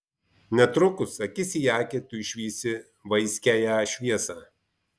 netrukus akis į akį tu išvysi vaiskiąją šviesą